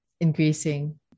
increasing